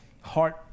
heart